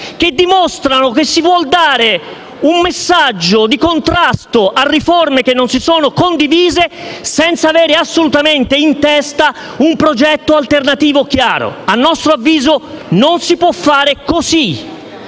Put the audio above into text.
che dimostrano che si vuol dare un messaggio di contrasto a riforme che non si sono condivise, senza avere assolutamente in testa un progetto alternativo chiaro. A nostro avviso, non si può fare così.